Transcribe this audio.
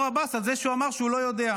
עבאס על זה שהוא אמר שהוא לא יודע.